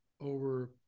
over